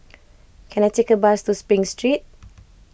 can I take a bus to Spring Street